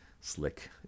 slick